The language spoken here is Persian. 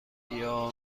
بیا